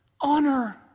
Honor